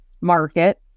market